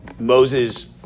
Moses